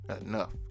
enough